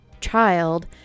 child